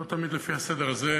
לא תמיד לפי הסדר הזה,